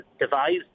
devised